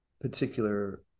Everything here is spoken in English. particular